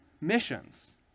missions